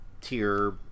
tier